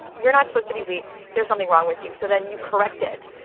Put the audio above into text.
you're not supposed to be weak. there's something wrong with you. so then you correct it.